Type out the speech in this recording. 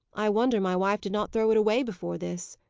i wonder my wife did not throw it away before this.